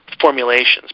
formulations